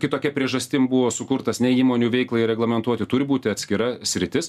kitokia priežastim buvo sukurtas ne įmonių veiklai reglamentuoti turi būti atskira sritis